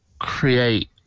create